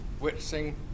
witnessing